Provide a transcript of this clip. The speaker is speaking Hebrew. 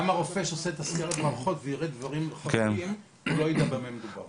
גם הרופא שעושה את סקירת המערכות ויראה דברים חריגים לא ידע במה מדובר.